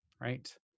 right